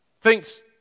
thinks